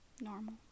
normal